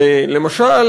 למשל,